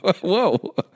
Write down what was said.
Whoa